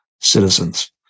citizens